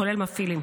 כולל מפעילים.